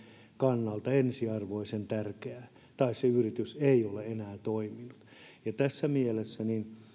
kannalta ensiarvoisen tärkeää tai se yritys ei ole enää toiminut tässä mielessä